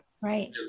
Right